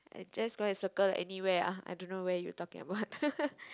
I just go and circle anywhere ah I don't know where you talking about